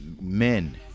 men